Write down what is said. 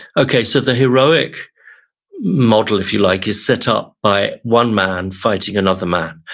okay, so the heroic model, if you like, is set up by one man fighting another man.